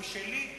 הוא שלי,